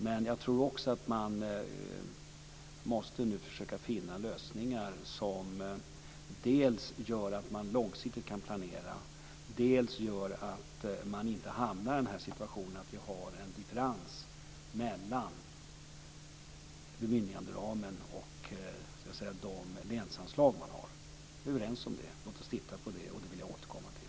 Men jag tror att man nu måste försöka att finna lösningar som dels gör att man långsiktigt kan planera, dels gör att man inte hamnar i den situationen att det uppstår en differens mellan bemyndiganderamen och de länsanslag som man har. Vi är överens om det. Låt oss titta på det, så återkommer jag.